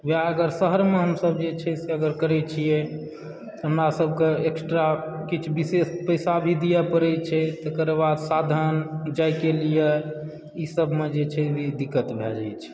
वएह अगर शहरमे हमसभ जे छै से अगर करैत छियै हमरा सभकऽ एक्स्ट्रा किछु विशेष पैसा भी दिअ पड़ैत छै तकर बाद साधन जाइके लिए ई सभमऽ जे छै से दिक्कत भऽ जाइ छै